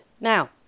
Now